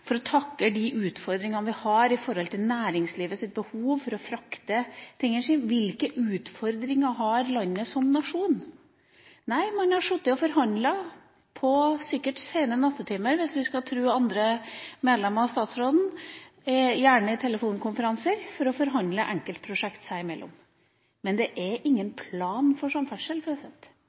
for å takle de utfordringene vi har når det gjelder næringslivets behov for å frakte tingene sine. – Hvilke utfordringer har landet som nasjon? Nei, man har sittet og forhandlet om enkeltprosjekter seg imellom – gjerne i telefonkonferanser og sikkert i sene nattetimer – hvis vi skal tro andre medlemmer og statsråden. Men det er ingen plan for samferdsel.